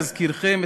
להזכירכם,